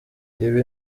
ibi